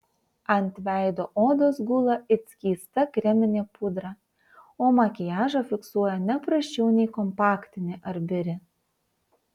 ant veido odos gula it skysta kreminė pudra o makiažą fiksuoja ne prasčiau nei kompaktinė ar biri